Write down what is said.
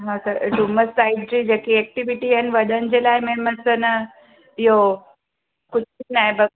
हा त डुमस साइड जे जेकी एक्टिविटी आहिनि वॾनि जे लाइ में मस्तु न ॿियो कुझु नाहे बसि